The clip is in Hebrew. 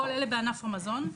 כל אלה בענף המזון: